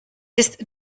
ist